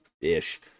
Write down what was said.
ish